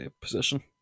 position